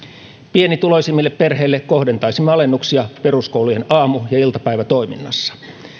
pienituloisimmille perheille kohdentaisimme alennuksia peruskoulujen aamu ja ja iltapäivätoiminnassa